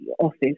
office